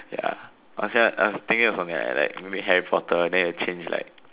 ya I say uh I was thinking something I like maybe Harry-Potter then it change like